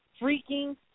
freaking